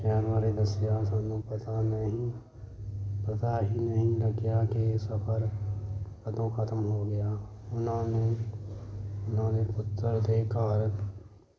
ਸ਼ਹਿਰ ਬਾਰੇ ਦੱਸਿਆ ਸਾਨੂੰ ਪਤਾ ਨਹੀਂ ਪਤਾ ਹੀ ਨਹੀਂ ਲੱਗਿਆ ਕਿ ਸਫਰ ਕਦੋਂ ਖਤਮ ਹੋ ਗਿਆ ਉਹਨਾਂ ਨੂੰ ਉਹਨਾਂ ਦੇ ਪੁੱਤਰ ਦੇ ਘਰ